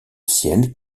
ciel